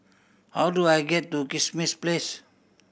how do I get to Kismis Place